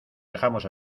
dejamos